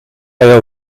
hij